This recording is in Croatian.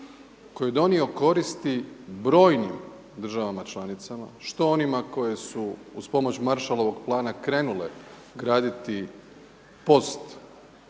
koji je donio koristi brojnim državama članicama, što onima koje su uz pomoć Maršalovog plana krenule graditi post